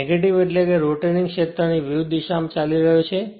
negative એટલે કે rotating ક્ષેત્ર ની વિરુદ્ધ દિશામાં ચાલી રહ્યો છે